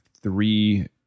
three